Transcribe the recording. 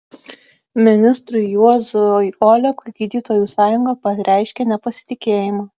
ministrui juozui olekui gydytojų sąjunga pareiškė nepasitikėjimą